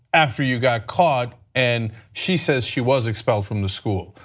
after you got caught and she says she was expelled from the school.